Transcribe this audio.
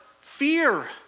fear